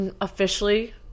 officially